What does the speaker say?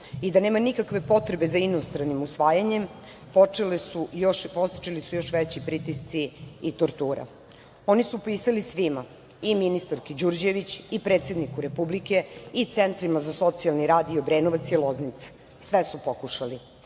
i da nema nikakve potrebe za inostranim usvajanjem, počeli su još veći pritisci i tortura. Oni su pisali svima – i ministarki Đurđević, i predsedniku Republiku i centrima za socijalni rad i Obrenovac i Loznica. Sve su pokušali.